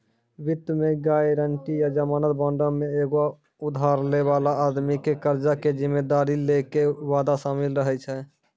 वित्त मे गायरंटी या जमानत बांडो मे एगो उधार लै बाला आदमी के कर्जा के जिम्मेदारी लै के वादा शामिल रहै छै